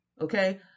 Okay